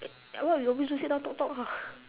like what we always do sit down talk talk ah